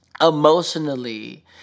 emotionally